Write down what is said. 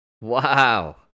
Wow